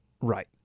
Right